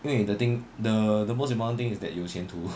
因为 the thing the most important thing is that 有前途